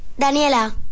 Daniela